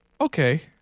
okay